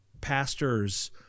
pastors